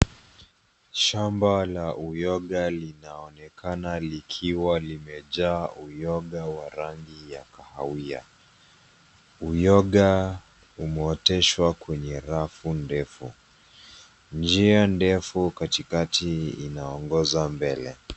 Shamba la uyoga linaonekana likiwa limejaa uyoga wa rangi ya kahawia. Uyoga umeoteshwa kwenye rafu ndefu. Njia ndefu katikati inaongoza mbele.